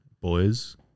boys